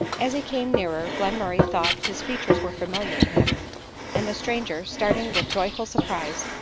as he came nearer, glenmurray thought his features were familiar to him and the stranger, starting with joy ful surprise,